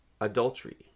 adultery